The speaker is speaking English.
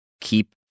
keep